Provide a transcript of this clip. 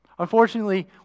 Unfortunately